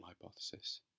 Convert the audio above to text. hypothesis